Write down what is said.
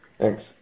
Thanks